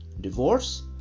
Divorce